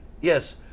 yes